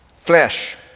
flesh